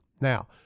Now